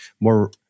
more